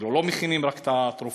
לא מכינים את התרופות.